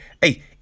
hey